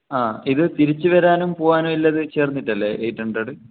ആ ഇത് തിരിച്ച് വരാനും പോവാനും എല്ലതും ചേർന്നിട്ടല്ലേ എയിറ്റ് ഹൺഡ്രഡ്